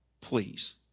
Please